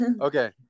Okay